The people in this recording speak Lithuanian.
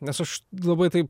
nes aš labai